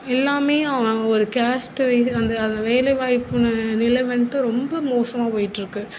எல்லாம் அவங்க ஒரு கேஸ்ட்டு வைஸ் வந்து அந்த வேலை வாய்ப்பு நிலை வந்துட்டு ரொம்ப மோசமாக போயிட்டுருக்கு